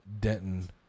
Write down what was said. denton